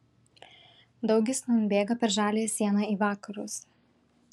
daugis nūn bėga per žaliąją sieną į vakarus